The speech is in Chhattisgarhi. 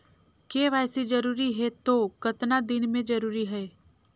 के.वाई.सी जरूरी हे तो कतना दिन मे जरूरी है?